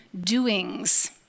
doings